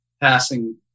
passing